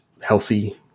healthy